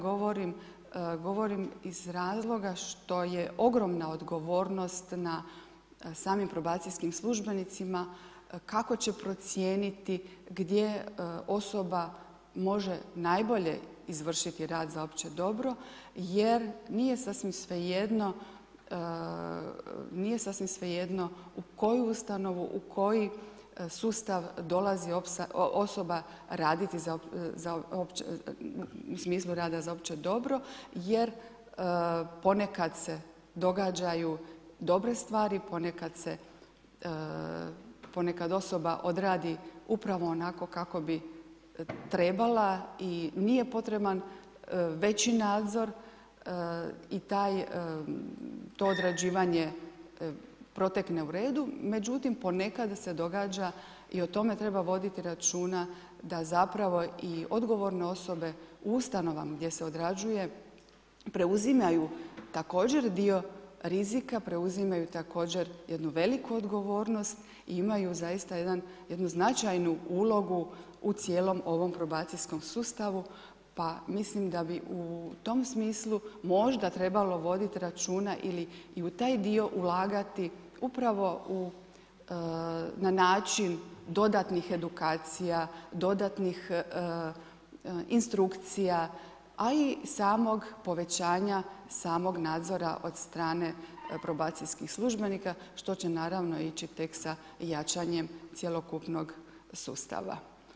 Govorim iz razloga što je ogromna odgovornost na samim probacijskim službenicima kako će procijeniti gdje osoba može najbolje izvršiti rad za opće dobro jer nije sasvim svejedno u koju ustanovu, u koji sustav dolazi osoba raditi za u smislu rada za opće dobro jer ponekad se događaju dobre stvari, ponekad osoba odradi upravo onako kako bi trebala i nije potreban veći nadzor i to odrađivanje protekne u redu, međutim ponekad se događa i o tome treba voditi računa, da zapravo i odgovorne osobe u ustanovama gdje se odrađuje, preuzimaju također dio rizika, preuzimaju također jednu veliku odgovornosti, imaju zaista jednu značajnu ulogu u cijelom ovom probacijskom sustavu pa mislim da bi u tom smislu možda trebalo voditi računa ili i u taj dio ulagati upravo na način dodatnih edukacija, dodatnih instrukcija a i samog povećanja samog nadzora od strane probacijskih službenika što će naravno ići tek sa jačanjem cjelokupnog sustava.